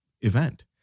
event